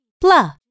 blah